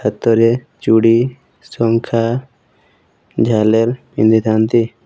ହାତରେ ଚୁଡ଼ି ଶଙ୍ଖା ଝାଲର୍ ପିନ୍ଧିଥାନ୍ତି